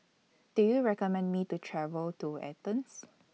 Do YOU recommend Me to travel to Athens